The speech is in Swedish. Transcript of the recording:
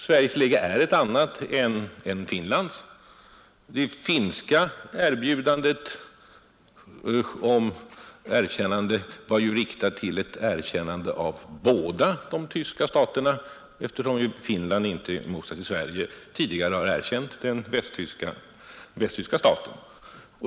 Sveriges läge är ett annat än Finlands, Det finska erbjudandet om erkännande var ju riktat till båda de tyska staterna, eftersom Finland i motsats till Sverige inte tidigare har erkänt den västtyska staten.